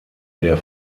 der